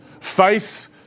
Faith